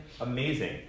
amazing